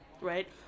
right